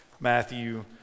Matthew